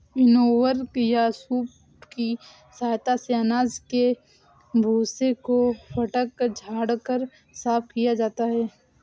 winnower या सूप की सहायता से अनाज के भूसे को फटक झाड़ कर साफ किया जाता है